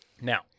Now